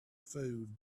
food